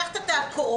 לקחת את הקורונה,